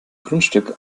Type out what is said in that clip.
grundstück